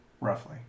roughly